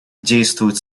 действуют